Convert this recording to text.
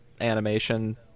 animation